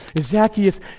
Zacchaeus